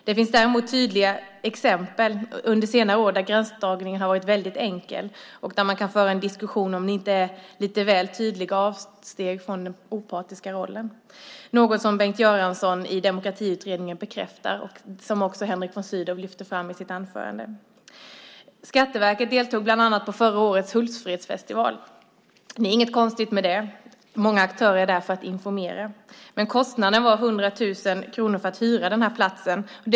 Det finns däremot tydliga exempel under senare år där gränsdragningen har varit enkel och där man kan föra en diskussion om det inte gjorts lite väl tydliga avsteg från den opartiska rollen. Detta är något som Bengt Göransson i Demokratiutredningen bekräftar och som också Henrik von Sydow lyfte fram i sitt anförande. Skatteverket deltog bland annat på förra årets Hultsfredsfestival. Det var inget konstigt med det. Många aktörer är där för att informera. Men kostnaden för att hyra platsen var 100 000 kronor.